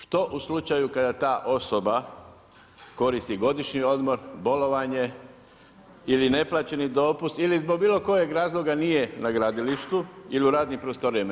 Što u slučaju kada ta osoba koristi godišnji odmor, bolovanje ili neplaćeni dopust, ili zbog bilo kojeg razloga nije na gradilištu ili u radnim prostorijama?